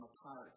apart